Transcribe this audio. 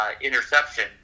interception